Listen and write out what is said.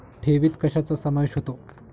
ठेवीत कशाचा समावेश होतो?